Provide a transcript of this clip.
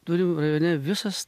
turim rajone visas